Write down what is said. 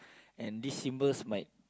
and this symbols might